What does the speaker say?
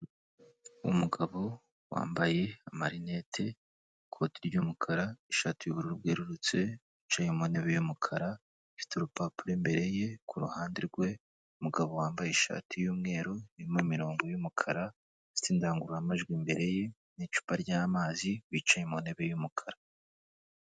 Umugabo wambaye amarineti n'ikoti ry'umukara, ishati y'ubururu bwerurutse yicaye mu ntebe y'umukara, ifite urupapuro imbere ye, kuruhande rwe hari umugabo wambaye ishati y'umweru irimo imirongo yumukara n'indangururamajwi imbere ye, n'icupa ry'amazi; wicaye mu ntebe y'umukara.